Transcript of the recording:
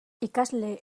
ikasle